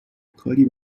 کاری